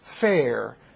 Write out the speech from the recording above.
fair